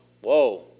whoa